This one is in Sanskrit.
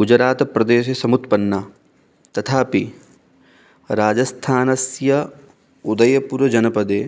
गुजरातप्रदेशे समुत्पन्ना तथापि राजस्थानस्य उदयपुरजनपदे